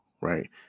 right